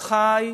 חי,